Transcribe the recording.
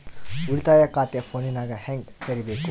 ಉಳಿತಾಯ ಖಾತೆ ಫೋನಿನಾಗ ಹೆಂಗ ತೆರಿಬೇಕು?